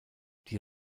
die